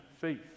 faith